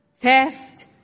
theft